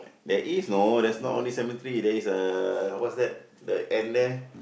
there is no there's not only cemetery there is a what's that the end there